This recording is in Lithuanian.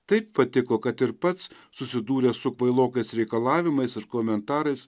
taip patiko kad ir pats susidūręs su kvailokais reikalavimais ir komentarais